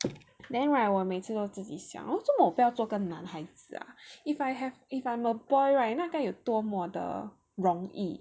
then right 我每次到自己想这么我不要做个男孩子 ah if I have if I'm a boy right 那该有多么的容易